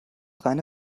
reine